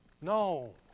No